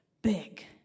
big